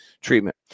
treatment